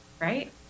Right